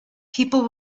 people